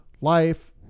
life